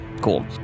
cool